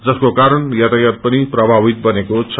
जसको कारण यातायात पनि प्रभावित बनेको छ